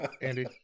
Andy